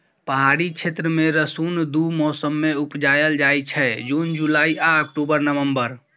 पहाड़ी क्षेत्र मे रसुन दु मौसम मे उपजाएल जाइ छै जुन जुलाई आ अक्टूबर नवंबर